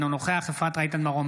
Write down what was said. אינו נוכח אפרת רייטן מרום,